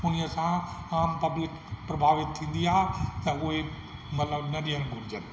उन्हीअ सां आम पब्लिक प्रभावित थींदी आहे त उहे मतलबु न ॾियण घुरजनि